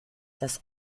das